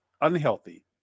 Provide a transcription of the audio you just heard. unhealthy